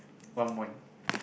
one point